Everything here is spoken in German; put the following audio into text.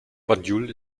banjul